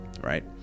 right